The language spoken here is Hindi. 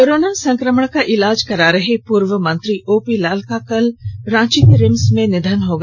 कोरोना संक्रमण का इलाज करा रहे पूर्व मंत्री ओपी लाल का कल रांची के रिम्स में निधन हो गया